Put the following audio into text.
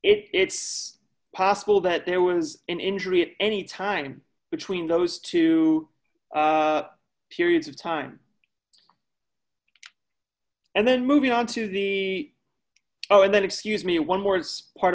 house it's possible that there was an injury at any time between those two periods of time and then moving on to the zero and then excuse me one more its part